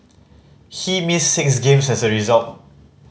he missed six games as a result